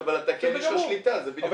זאת אומרת,